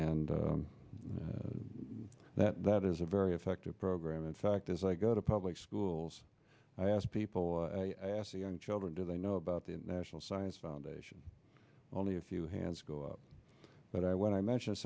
and that is a very effective program in fact as i go to public schools i ask people ask the young children do they know about the national science foundation only a few hands go up but i when i mention